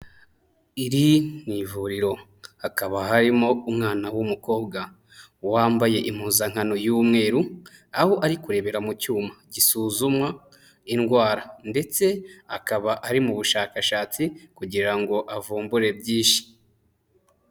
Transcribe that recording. Iri ni ivuriro hakaba harimo umwana w'umukobwa wambaye impuzankano y'umweru, aho ari kurebera mu cyuma gisuzumwa indwara, ndetse akaba ari mu bushakashatsi kugira ngo avumbure byinshi.